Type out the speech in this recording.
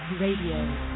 Radio